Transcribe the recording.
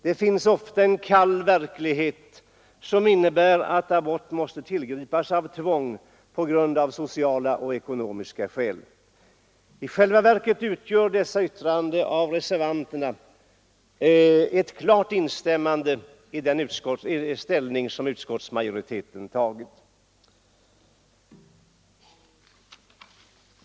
Det finns ofta en kall verklighet som innebär att abort tvingas fram av sociala och ekonomiska omständigheter. I själva verket innebär detta yttrande av reservanterna en klar anslutning till det ställningstagande som utskottsmajoriteten har gjort.